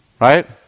Right